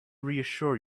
reassure